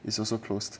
it's also closed